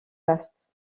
vaste